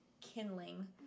Kindling